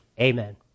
Amen